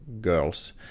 girls